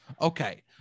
Okay